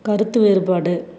கருத்து வேறுபாடு